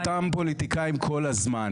אי אפשר אותם פוליטיקאים כל הזמן,